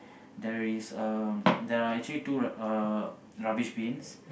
there is um there are actually two uh rubbish bins